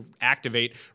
activate